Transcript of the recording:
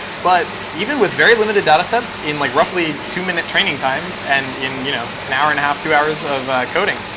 but even with very limited data sets in like roughly two minute training times and in you know and hour and a half, two hours of coding,